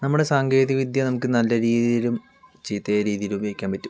നമ്മുടെ സാങ്കേതിക വിദ്യ നമുക്ക് നല്ല രീതിയിലും ചീത്തയായ രീതിയിലും ഉപയോഗിക്കാൻ പറ്റും